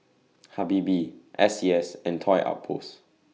Habibie S C S and Toy Outpost